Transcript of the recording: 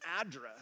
address